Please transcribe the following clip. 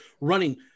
running